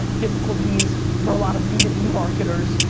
difficulties for a lot of b to b marketers,